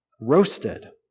roasted